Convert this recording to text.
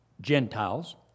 Gentiles